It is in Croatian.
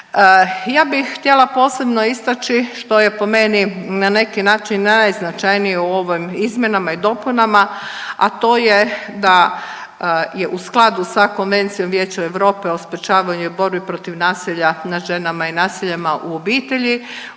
Ja bih htjela posebno istaći što je po meni na neki način najznačajnije u ovim izmjenama i dopunama, a to je da je u skladu sa Konvencijom vijeća Europe o sprječavanju i borbi protiv nasilja nad ženama i nasilja u obitelji